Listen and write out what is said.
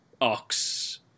Ox